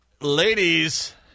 Ladies